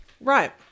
Right